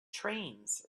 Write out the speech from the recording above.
trains